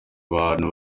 abantu